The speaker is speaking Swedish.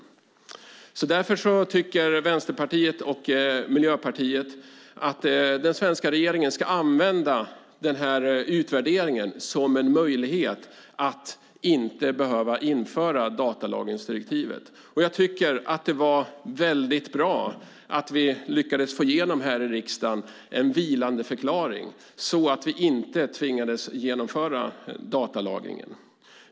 Därför tycker Vänsterpartiet och Miljöpartiet att den svenska regeringen ska använda utvärderingen som en möjlighet att inte behöva införa datalagringsdirektivet. Jag tycker att det var bra att vi i riksdagen lyckades få igenom en vilandeförklaring så att vi inte tvingades genomföra datalagringen.